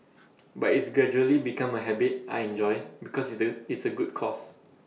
but it's gradually become A habit I enjoy because that it's A good cause